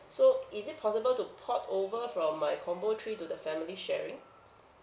so is it possible to port over from my combo three to the family sharing